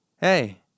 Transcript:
Hey